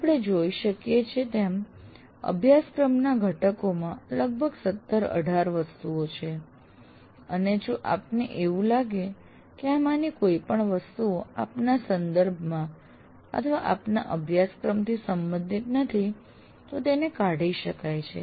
આપણે જોઈ શકીએ છે તેમ અભ્યાસક્રમના ઘટકોમાં લગભગ 17 18 વસ્તુઓ છે અને જો આપને એવું લાગે કે આમાંની કોઈપણ વસ્તુઓ આપના સંદર્ભમાં અથવા આપના અભ્યાસક્રમથી સંબંધિત નથી તો તેને કાઢી શકાય છે